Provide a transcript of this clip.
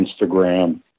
Instagram